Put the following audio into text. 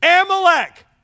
Amalek